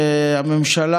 ורגשי,